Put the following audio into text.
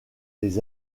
les